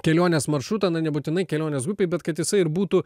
kelionės maršrutą na nebūtinai kelionės grupei bet kad jisai ir būtų